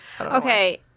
Okay